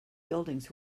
buildings